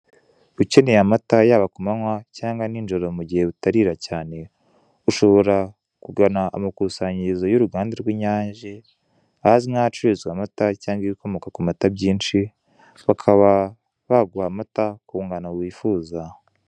Ukeneye amata yaba ku manywa cyangwa nijoro mu gihe butarira cyane, ushobora kugana amakusanyirizo y'uruganda rw'inyange ahazwi nk'ahacururizwa amata cyangwa ibikomoka ku mata byinshi bakaba baguha amata ku ngano wifuza.